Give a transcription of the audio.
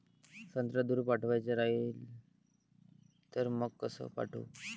संत्रा दूर पाठवायचा राहिन तर मंग कस पाठवू?